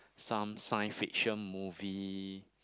some science fiction movie